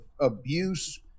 abuse